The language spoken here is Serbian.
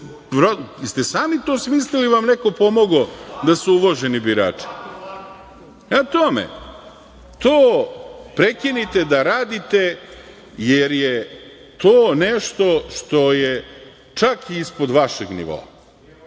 jeste li sami to smislili ili vam je neko pomogao da su uvoženi birači? Prema tome, to prekinite da radite, jer je to nešto što je čak i ispod vašeg nivoa.